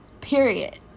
Period